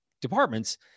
departments